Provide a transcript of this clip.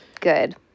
Good